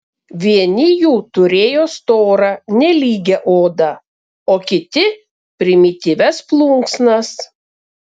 vieni jų turėjo storą nelygią odą o kiti primityvias plunksnas